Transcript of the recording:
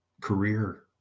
career